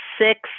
six